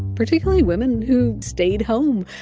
particularly women, who stayed home.